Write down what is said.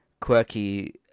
quirky